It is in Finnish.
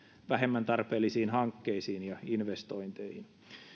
vähemmän tarpeellisiin hankkeisiin ja investointeihin